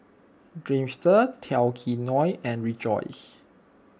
Dreamster Tao Kae Noi and Rejoice